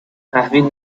تحویل